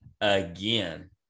again